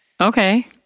Okay